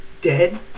Dead